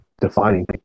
defining